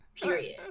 period